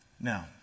Now